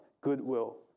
goodwill